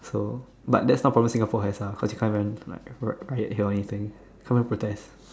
so but that's not promising cause you can't even like ri~ riot or anything can't even protest